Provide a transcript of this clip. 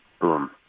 boom